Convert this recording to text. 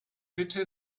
bitte